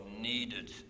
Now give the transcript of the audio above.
needed